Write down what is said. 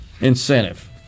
incentive